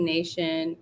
Nation